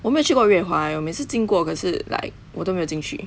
我没去过裕華 eh 我每次经过可是 like 我都没有进去